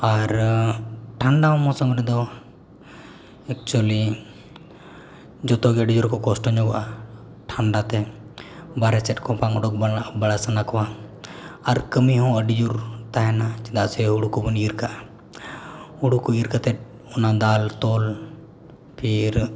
ᱟᱨ ᱴᱷᱟᱱᱰᱟ ᱢᱳᱢᱥᱳᱢ ᱨᱮᱫᱚ ᱮᱠᱪᱩᱭᱮᱞᱤ ᱡᱚᱛᱚᱜᱮ ᱟᱹᱰᱤ ᱡᱳᱨ ᱠᱚ ᱠᱚᱥᱴᱚ ᱧᱚᱜᱚᱜᱼᱟ ᱴᱷᱟᱱᱰᱟᱛᱮ ᱵᱟᱨᱦᱮ ᱥᱮᱫ ᱠᱚ ᱵᱟᱝ ᱩᱰᱩᱠ ᱜᱟᱱᱚᱜᱼᱟ ᱵᱟᱲᱟ ᱥᱟᱱᱟ ᱠᱚᱣᱟ ᱟᱨ ᱠᱟᱹᱢᱤ ᱦᱚᱸ ᱟᱹᱰᱤᱡᱳᱨ ᱛᱟᱦᱮᱱᱟ ᱪᱮᱫᱟᱜ ᱥᱮ ᱦᱩᱲᱩ ᱠᱚᱵᱚᱱ ᱤᱨ ᱠᱟᱜᱼᱟ ᱦᱩᱲᱩ ᱠᱚ ᱤᱨ ᱠᱟᱛᱮᱫ ᱚᱱᱟ ᱫᱟᱞ ᱛᱚᱞ